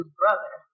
brother